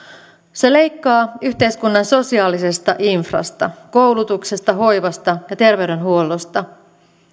se leikkaa yhteiskunnan sosiaalisesta infrasta koulutuksesta hoivasta ja terveydenhuollosta